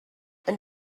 and